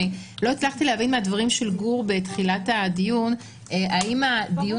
לא הצלחתי להבין מהדברים של גור בתחילת הדיון האם הדיון